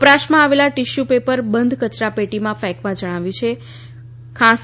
વપરાશમાં આવેલા tissue paper બંધ કચરાપેટીમાં ફેંકવા જણાવાયું છે ખાંસી